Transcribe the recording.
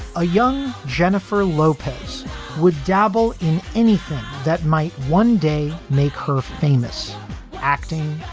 a young jennifer lopez would dabble in anything that might one day make her famous acting,